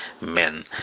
men